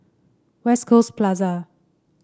West Coast Plaza